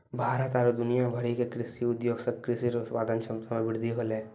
भारत आरु दुनिया भरि मे कृषि उद्योग से कृषि रो उत्पादन क्षमता मे वृद्धि होलै